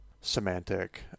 semantic